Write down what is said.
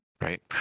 right